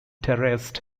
terraced